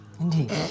Indeed